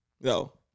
No